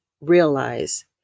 realize